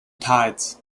tides